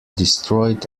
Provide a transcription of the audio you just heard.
destroyed